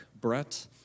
Brett